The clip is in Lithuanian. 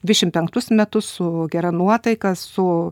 dvidešimt penktus metus su gera nuotaika su